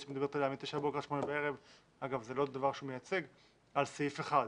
שאת מדברת עליה מ-09:00 עד 20:00 על סעיף אחד,